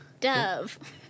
Dove